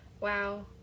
wow